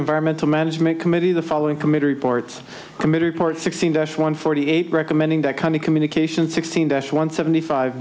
environmental management committee the following committee reports committee report sixteen us one forty eight recommending that kind of communication sixteen dash one seventy five